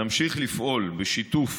נמשיך לפעול בשיתוף